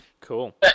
cool